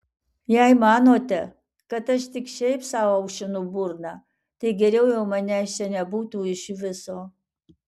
jei manote kad aš tik šiaip sau aušinu burną tai geriau jau manęs čia nebūtų iš viso